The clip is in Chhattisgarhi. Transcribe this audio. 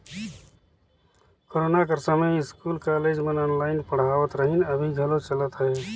कोरोना कर समें इस्कूल, कॉलेज मन ऑनलाईन पढ़ावत रहिन, अभीं घलो चलत अहे